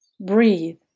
Breathe